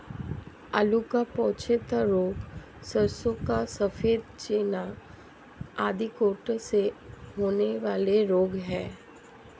आलू का पछेता रोग, सरसों का सफेद चेपा आदि कीटों से होने वाले रोग हैं